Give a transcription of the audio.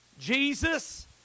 Jesus